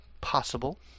Possible